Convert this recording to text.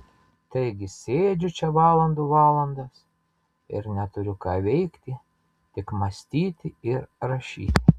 taigi sėdžiu čia valandų valandas ir neturiu ką veikti tik mąstyti ir rašyti